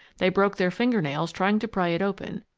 they broke their finger-nails trying to pry it open,